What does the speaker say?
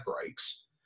breaks